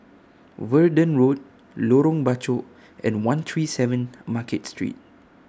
Verdun Road Lorong Bachok and one three seven Market Street